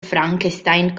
frankenstein